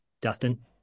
Dustin